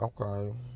okay